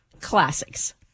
classics